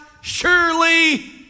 surely